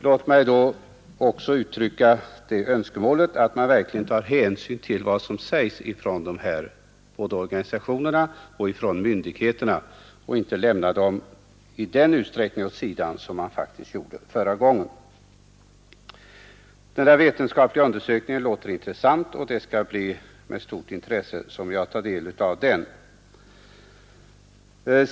Låt mig då också uttrycka det önskemålet att man verkligen tar hänsyn till vad både organisationerna och myndigheterna säger och inte i sådan utsträckning som faktiskt skedde förra gången lämnar detta utan beaktande. Beskedet om den vetenskapliga undersökningen låter intressant, och jag skall med stort intresse ta del av den.